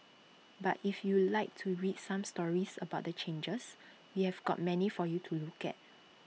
but if you'd like to read some stories about the changes we have got many for you to look at